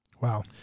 Wow